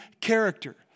character